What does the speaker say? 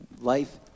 Life